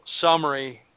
summary